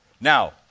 now